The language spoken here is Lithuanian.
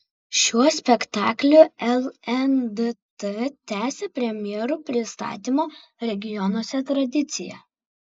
šiuo spektakliu lndt tęsia premjerų pristatymo regionuose tradiciją